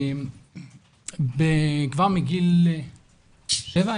כבר מגיל שבע,